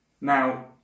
now